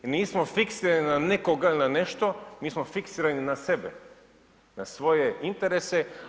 I nismo fiksirani na nekoga ili na nešto, mi smo fiksirani na sebe, na svoje interese.